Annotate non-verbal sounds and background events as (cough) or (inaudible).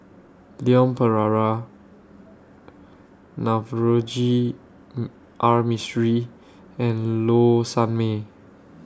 Leon Perera Navroji (hesitation) R Mistri and Low Sanmay